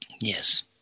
Yes